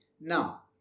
Now